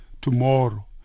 tomorrow